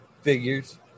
Figures